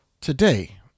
Today